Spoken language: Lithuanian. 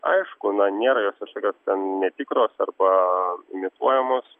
aišku na nėra jo jos ten netikros arba imituojamos